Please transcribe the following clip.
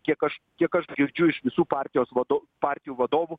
kiek aš kiek aš girdžiu iš visų partijos vado partijų vadovų